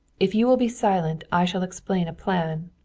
if you will be silent i shall explain a plan,